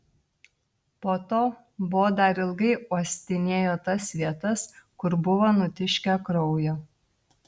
po to bo dar ilgai uostinėjo tas vietas kur buvo nutiškę kraujo